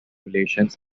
relations